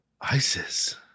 Isis